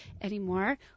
anymore